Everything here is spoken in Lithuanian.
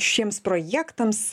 šiems projektams